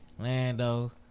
Lando